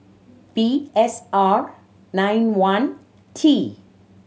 V S R nine one T